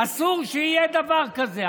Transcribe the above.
אסור שיהיה דבר כזה.